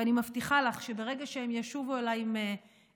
ואני מבטיחה לך שברגע שהם ישובו אליי עם תוצאות,